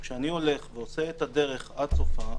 שכשאני עושה את הדרך עד סופה,